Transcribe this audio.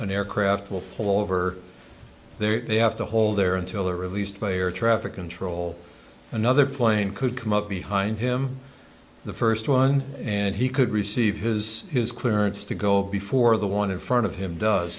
an aircraft will pull over there they have to hold there until they are released player traffic control another plane could come up behind him the first one and he could receive his his clearance to go before the one in front of him does